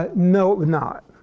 ah no, it would not.